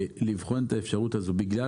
לבחון את האפשרות הזו, בגלל